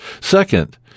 Second